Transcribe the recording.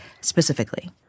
specifically